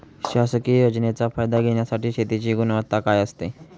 शासकीय योजनेचा फायदा घेण्यासाठी शेतीची गुणवत्ता काय असते?